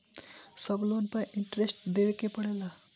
सब लोन पर इन्टरेस्ट देवे के पड़ेला?